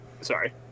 sorry